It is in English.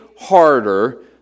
harder